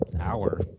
hour